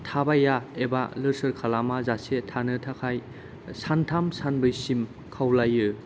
थाबाया एबा लोरसोर खालामाजासे थानो थाखाय सानथाम सानब्रैसिम खावलायो